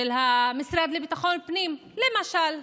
של המשרד לביטחון הפנים, למשל,